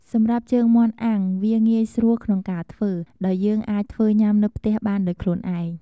សម្រាប់ជើងមាន់អាំង វាងាយស្រួលក្នុងការធ្វើ ដោយយើងអាចធ្វើញ៉ាំនៅផ្ទះបានដោយខ្លួនឯង។